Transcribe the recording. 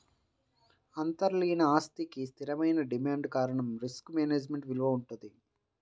అంతర్లీన ఆస్తికి స్థిరమైన డిమాండ్ కారణంగా రిస్క్ మేనేజ్మెంట్ విలువ వుంటది